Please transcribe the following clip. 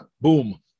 boom